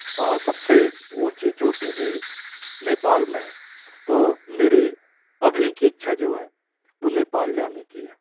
सबसे ऊंची चोटी भी नेपाल में है तो मेरी अभी की इच्छा जो है वो नेपाल जाने की है